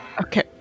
Okay